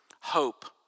Hope